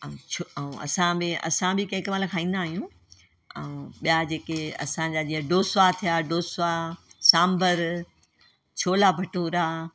ऐं छो असां असां बि के कंहिं महिल खाईंदा आहियूं ऐं ॿिया जेके असांजा जीअं डोसा थिया डोसा सांभर छोला भटूरा